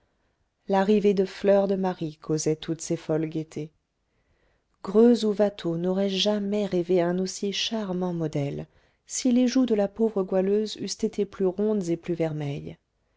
l'arrivée de fleur de marie causait toutes ces folles gaietés greuze ou watteau n'auraient jamais rêvé un aussi charmant modèle si les joues de la pauvre goualeuse eussent été plus rondes et plus vermeilles